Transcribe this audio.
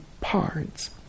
parts